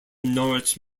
norwich